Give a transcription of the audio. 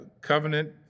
covenant